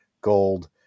gold